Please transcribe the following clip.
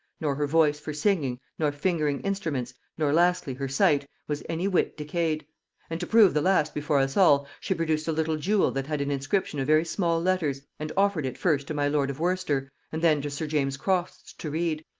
nor her voice for singing, nor fingering instruments, nor, lastly, her sight, was any whit decayed and to prove the last before us all, she produced a little jewel that had an inscription of very small letters, and offered it first to my lord of worcester, and then to sir james crofts to read,